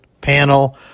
panel